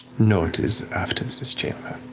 no, it is after this this chamber.